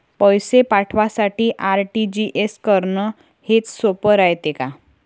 पैसे पाठवासाठी आर.टी.जी.एस करन हेच सोप रायते का?